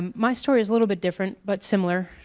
my story is a little bit different but similar.